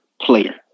player